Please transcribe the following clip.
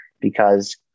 because-